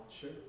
Sure